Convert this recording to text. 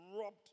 Robbed